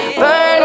burn